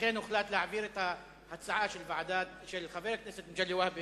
לכן הוחלט להעביר את ההצעה של חבר הכנסת מגלי והבה